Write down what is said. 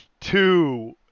two